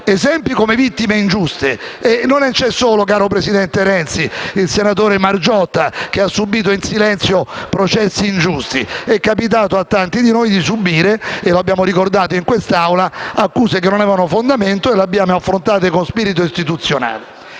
presidente Renzi, non c'è solo il senatore Margiotta che ha subito in silenzio processi ingiusti; è capitato a tanti di noi di subire - come abbiamo ricordato in quest'Aula - accuse che non avevano fondamento e le abbiamo affrontate con spirito istituzionale.